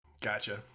Gotcha